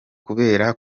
kubera